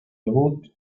debut